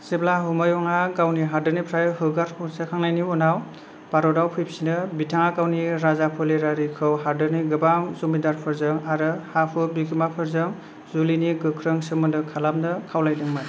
जेब्ला हुमायूँया गावनि हादोरनिफ्राय होखार हरजाखांनायनि उनाव भारताव फैफिनो बिथाङा गावनि राजाफोलेरारिखौ हादोरनि गोबां जमिदारफोरजों आरो हा हु बिगोमाफोरजों जुलिनि गोख्रों सोमोन्दो खालामनो खावलायदोंमोन